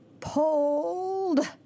pulled